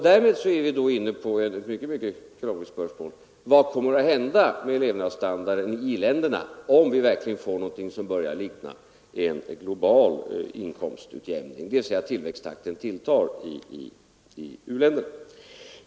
Därmed är vi inne på ett mycket krångligt spörsmål: Vad kommer att hända med levnadsstandarden i i-länderna om vi verkligen får någonting som börjar likna en global inkomstutjämning, dvs. tillväxten tilltar i u-länderna?